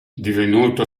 divenuto